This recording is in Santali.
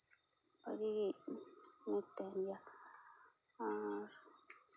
ᱵᱷᱟᱜᱮ ᱜᱮ ᱛᱟᱦᱮᱱ ᱜᱮᱭᱟ ᱟᱨ